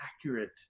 accurate